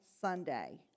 Sunday